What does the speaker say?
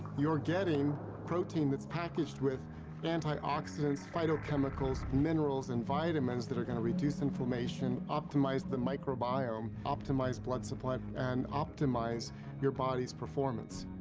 you're getting protein that's packaged with antioxidants, phytochemicals, minerals, and vitamins that are gonna reduce inflammation, optimize the microbiome, optimize blood supply, and optimize your body's performance.